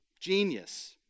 Genius